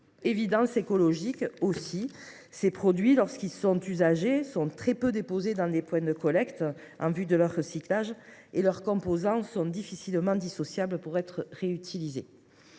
évidence écologique : ces produits, lorsqu’ils sont usagés, sont très peu déposés dans des points de collecte en vue de leur recyclage ; et leurs composants étant difficilement dissociables, il est